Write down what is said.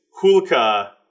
Hulka